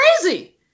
crazy